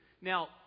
Now